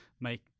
make